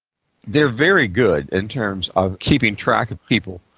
they're very good in terms of keeping track of people.